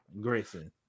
Grayson